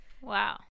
Wow